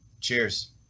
Cheers